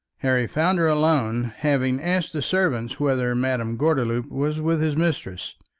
harry found her alone, having asked the servant whether madame gordeloup was with his mistress.